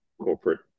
corporate